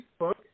Facebook